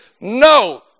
no